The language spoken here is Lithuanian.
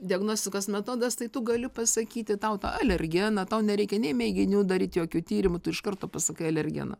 diagnostikos metodas tai tu gali pasakyti tau tą alergeną tau nereikia nei mėginių daryt jokių tyrimų tu iš karto pasakai alergeną